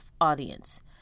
audience